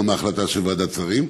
גם מההחלטה של ועדת שרים.